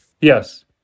Yes